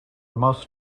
most